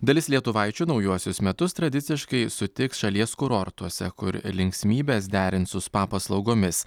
dalis lietuvaičių naujuosius metus tradiciškai sutiks šalies kurortuose kur linksmybes derins su spa paslaugomis